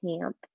camp